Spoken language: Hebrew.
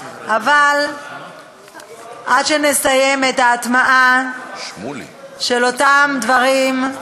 אבל עד שנסיים את ההטמעה של אותם דברים,